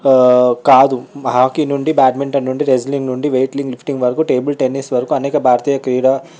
కాదు హాకి నుండి బ్యాడ్మింటన్ నుండి రెజ్లింగ్ నుండి వెయిటింగ్ లిఫ్టింగ్ వరకు టేబుల్ టెన్నిస్ వరకు అనేక భారతీయ క్రీడా